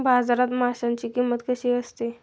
बाजारात माशांची किंमत किती असते?